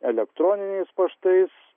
elektroniniais paštais